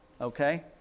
okay